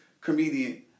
comedian